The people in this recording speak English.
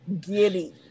giddy